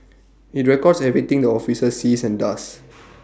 IT records everything the officer sees and does